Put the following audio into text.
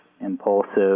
impulsive